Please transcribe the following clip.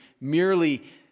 merely